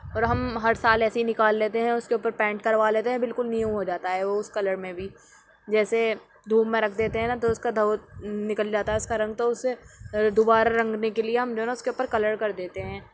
اور ہم ہر سال ایسے ہی نکال لیتے ہیں اس کے اوپر پینٹ کروا لیتے ہیں بالکل نیو ہو جاتا ہے وہ اس کلر میں بھی جیسے دھوپ میں رکھ دیتے ہیں نہ تو اس کا دھو نکل جاتا اس کا رنگ تو اسے دوبارہ رنگنے کے لیے ہم جو ہے نہ اس کے اوپر کلر دیتے ہیں